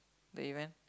the event